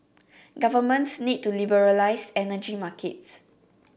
governments need to liberalise energy markets